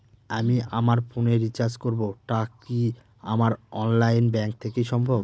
আমি আমার ফোন এ রিচার্জ করব টা কি আমার অনলাইন ব্যাংক থেকেই সম্ভব?